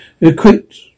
equipped